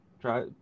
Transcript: Try